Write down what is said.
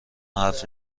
حرف